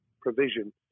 provision